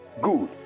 good